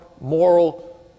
moral